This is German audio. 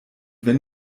wenn